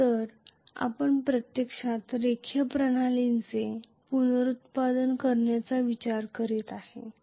तर आपण प्रत्यक्षात रेखीय प्रणालीचे पुनरुत्पादन करण्याचा विचार करीत आहोत